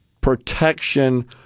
protection